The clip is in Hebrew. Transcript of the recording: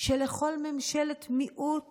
שלכל ממשלת מיעוט